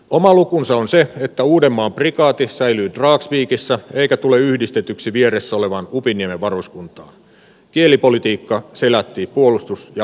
oma lukunsa on se että uudenmaan prikaati säilyy brooks viikissä eikä tule yhdistetyksi vieressä olevaan upinniemen varuskuntaa kielipolitiikka selätti puolustus ja